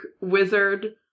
wizard